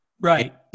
Right